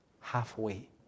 halfway